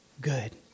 Good